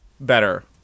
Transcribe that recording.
better